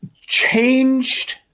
changed